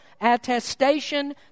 attestation